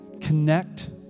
Connect